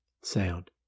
sound